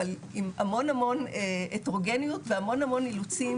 אבל עם המון הטרוגניות והמון המון אילוצים